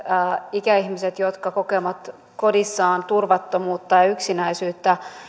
ikäihmisille jotka kokevat kodissaan turvattomuutta ja yksinäisyyttä